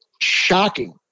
shocking